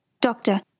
Doctor